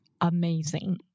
amazing